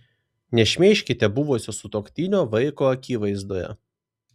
nešmeižkite buvusio sutuoktinio vaiko akivaizdoje